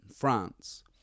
France